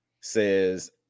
says